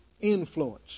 influence